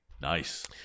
Nice